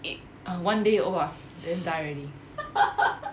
eh ah one day !wah! then die already